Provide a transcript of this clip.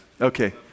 Okay